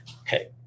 Okay